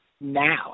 now